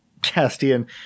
Castian